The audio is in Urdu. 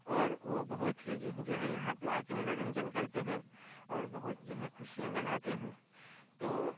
اور وہ بہت ہی جو ہے یہاں پہ آ کے منورنجن کرتے ہیں اور بہت جو ہے خوشیاں مناتے ہیں تو